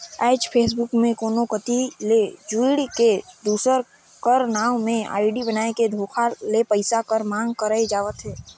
आएज फेसबुक में कोनो कती ले जुइड़ के, दूसर कर नांव में आईडी बनाए के धोखा ले पइसा कर मांग करई जावत हवे